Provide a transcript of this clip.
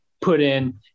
put-in